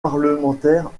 parlementaire